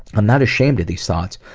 i'm not ashamed of these thoughts,